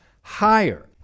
higher